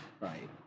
Right